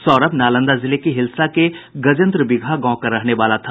सौरभ नालंदा जिले के हिलसा के गजेन्द्र बिगहा गांव का रहना वाला था